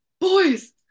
boys